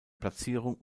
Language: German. platzierung